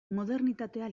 modernitatea